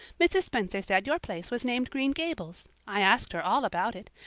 mrs. spencer said your place was named green gables. i asked her all about it.